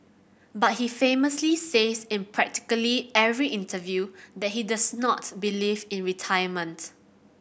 but he famously says in practically every interview that he does not believe in retirement